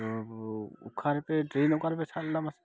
ᱛᱚ ᱚᱠᱟᱨᱮᱯᱮ ᱴᱨᱮᱱ ᱚᱠᱟ ᱨᱮᱯᱮ ᱥᱟᱵ ᱞᱮᱫᱟ ᱢᱟᱥᱮ